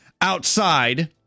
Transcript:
outside